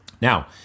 now